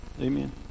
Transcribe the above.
Amen